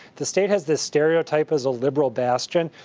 the state has this stereotype as a liberal bastion,